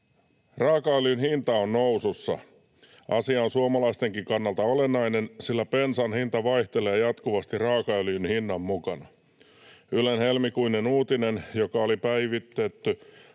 Raakaöljyn hinta on nousussa. Asia on suomalaistenkin kannalta olennainen, sillä bensan hinta vaihtelee jatkuvasti raakaöljyn hinnan mukana. Ylen helmikuinen uutinen, joka oli päivitetty